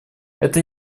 это